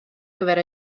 gyfer